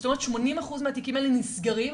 זאת אומרת 80% מהתיקים האלה נסגרים,